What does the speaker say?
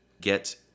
get